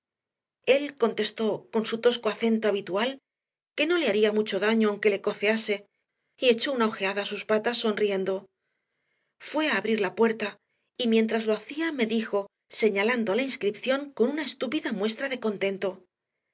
él contestó con su tosco acento habitual que no le haría mucho daño aunque le cocease y echó una ojeada a sus patas sonriendo fue a abrir la puerta y mientras lo hacía me dijo señalando a la inscripción y con una estúpida muestra de contento